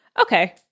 Okay